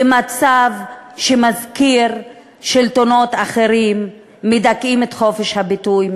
למצב שמזכיר שלטונות אחרים המדכאים את חופש הביטוי,